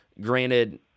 granted